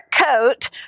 coat